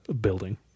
building